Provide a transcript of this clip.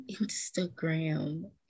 instagram